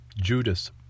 Judas